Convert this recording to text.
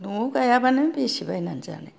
न'आव गाइयाबानो बेसेबां बायनानै जानो